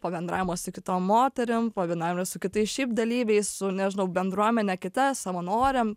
pabendravimo su kitom moterim pabendravimo su kitais šiaip dalyviais su nežinau bendruomene kita savanorėm